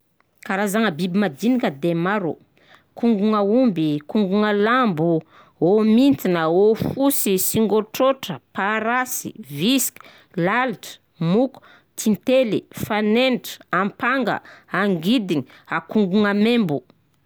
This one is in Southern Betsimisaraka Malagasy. Karazagna biby madinika de maro: kongogna aomby, kongogna lambo, hao mintina, hao fosy, singôtrotra, parasy, visika, lalitry, moko, tintely, fanenitra, ampanga, angidigny, ankongogno maimbo.